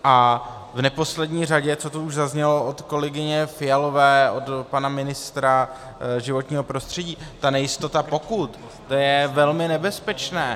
A v neposlední řadě, co tu už zaznělo od kolegyně Fialové, od pana ministra životního prostředí, ta nejistota pokut, to je velmi nebezpečné.